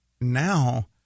now